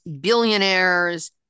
billionaires